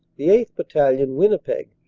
the eighth. battalion, vinnipeg,